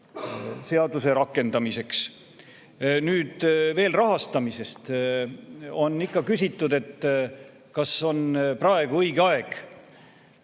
Nüüd veel rahastamisest. On ikka küsitud, et kas on praegu õige aeg